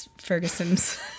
Ferguson's